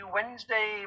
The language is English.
Wednesday